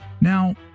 now